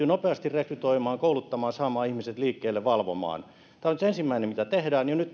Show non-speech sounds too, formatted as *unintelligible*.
*unintelligible* nopeasti rekrytoimaan kouluttamaan saamaan ihmiset liikkeelle valvomaan tämä on nyt se ensimmäinen mitä tehdään ja nyt *unintelligible*